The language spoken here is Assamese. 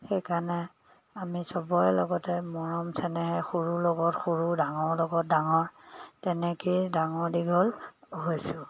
সেইকাৰণে আমি সবৰে লগতে মৰম চেনেহে সৰুৰ লগত সৰু ডাঙৰৰ লগত ডাঙৰ তেনেকৈয়ে ডাঙৰ দীঘল হৈছোঁ